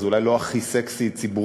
זה אולי לא הכי סקסי ציבורית,